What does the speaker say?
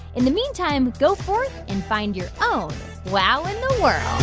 in the meantime, go forth and find your own wow in the world